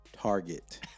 target